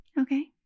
okay